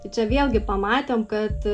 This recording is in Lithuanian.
tai čia vėlgi pamatėm kad